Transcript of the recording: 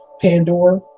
Pandora